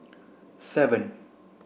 seven